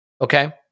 okay